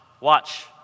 Watch